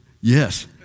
Yes